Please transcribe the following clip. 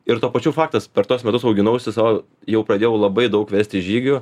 ir tuo pačiu faktas per tuos metus auginausi sau jau pradėjau labai daug vesti žygių